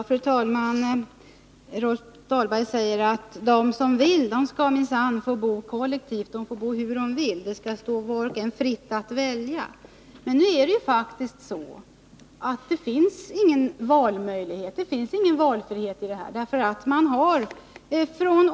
Fru talman! Rolf Dahlberg säger att de som vill får bo kollektivt — det står var och en fritt att välja. Men nu är det faktiskt så att det inte finns någon möjlighet att välja kollektivboende.